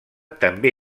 també